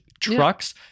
trucks